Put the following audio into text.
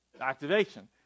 activation